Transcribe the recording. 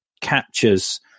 captures